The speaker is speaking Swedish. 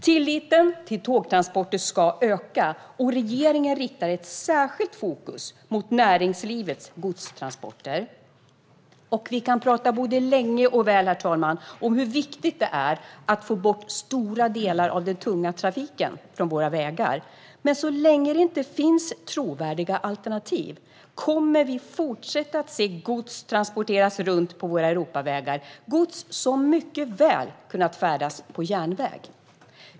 Tilliten till tågtransporter ska öka, och regeringen riktar ett särskilt fokus mot näringslivets godstransporter. Vi kan tala både länge och väl om hur viktigt det är att få bort stora delar av den tunga trafiken från våra vägar. Men så länge det inte finns trovärdiga alternativ kommer vi att fortsätta se gods transporteras runt på våra Europavägar. Det är gods som mycket väl hade kunnat färdas på järnväg.